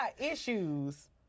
issues